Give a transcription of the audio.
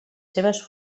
seves